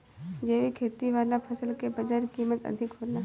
जैविक खेती वाला फसल के बाजार कीमत अधिक होला